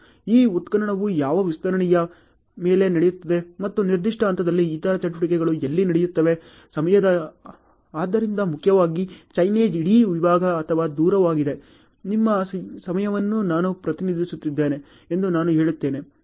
ಈ ಉತ್ಖನನವು ಯಾವ ವಿಸ್ತರಣೆಯ ಮೇಲೆ ನಡೆಯುತ್ತಿದೆ ಮತ್ತು ನಿರ್ದಿಷ್ಟ ಹಂತದಲ್ಲಿ ಇತರ ಚಟುವಟಿಕೆಗಳು ಎಲ್ಲಿ ನಡೆಯುತ್ತಿವೆ ಸಮಯದ ಆದ್ದರಿಂದ ಮುಖ್ಯವಾಗಿ ಚೈನೇಜ್ ಇಡೀ ವಿಭಾಗ ಅಥವಾ ದೂರವಾಗಿದೆ ನಿಮ್ಮ ಸಮಯವನ್ನು ನಾನು ಪ್ರತಿನಿಧಿಸುತ್ತಿದ್ದೇನೆ ಎಂದು ನಾನು ಹೇಳುತ್ತೇನೆ